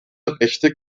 rechte